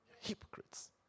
Hypocrites